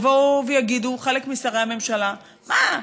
יבואו ויגידו חלק משרי הממשלה: מה,